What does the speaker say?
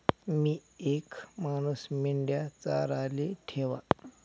मी येक मानूस मेंढया चाराले ठेवा